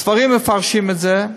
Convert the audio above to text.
הספרים מפרשים את זה,